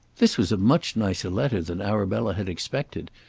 this was a much nicer letter than arabella had expected,